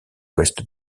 ouest